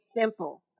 simple